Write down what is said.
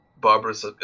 Barbara's